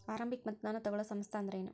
ಆರಂಭಿಕ್ ಮತದಾನಾ ತಗೋಳೋ ಸಂಸ್ಥಾ ಅಂದ್ರೇನು?